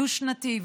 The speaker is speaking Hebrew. דו-שנתי,